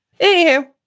Anywho